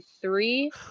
three